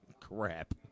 Crap